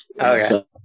Okay